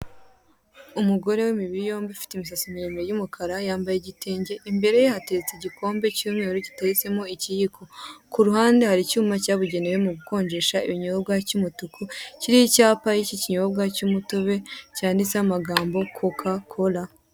Umugore w'imibiri yombi ufite imisatsi miremire y'umukara yambaye igitenge imbere ye hateretse igikombe cy'umweru giteretsemo ikiyiko, ku ruhande hari icyuma cyabugenewe mu gukonjesha ibinyobwa cy'umutuku kiriho icyapa k'ikinyobwa cy'umutobe cyanditseho amagambo kokakora.